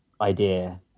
idea